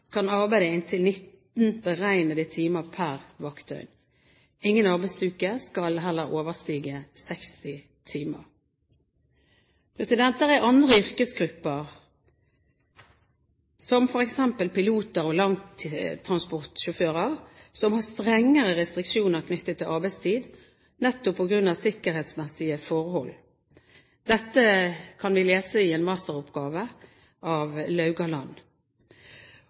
kan arbeide inntil 19 beregnede timer per vaktdøgn. Ingen arbeidsuke skal heller overstige 60 timer. Det er andre yrkesgrupper, som f.eks. piloter og langtransportsjåfører, som har strengere restriksjoner knyttet til arbeidstid nettopp på grunn av sikkerhetsmessige forhold. Dette kan vi lese i en masteroppgave av Kristin Laugaland.